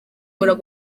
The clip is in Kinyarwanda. buryo